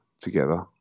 together